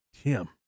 Tim